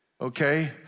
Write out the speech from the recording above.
okay